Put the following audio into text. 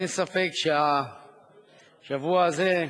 אין ספק שהשבוע הזה,